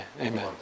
Amen